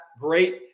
great